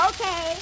Okay